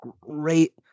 great